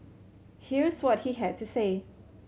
here's what he had to say